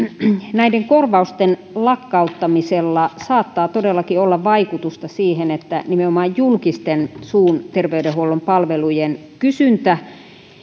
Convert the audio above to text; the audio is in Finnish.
näiden korvausten lakkauttamisella saattaa todellakin olla vaikutusta siihen että nimenomaan julkisten suun terveydenhuollon palvelujen kysyntä